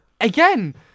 Again